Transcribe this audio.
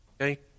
Okay